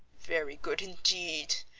very good indeed.